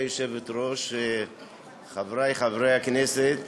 חבר הכנסת